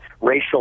racial